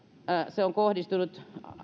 kohdistunut